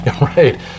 Right